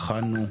בחנו,